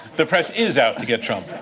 the press is out to get trump?